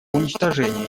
уничтожения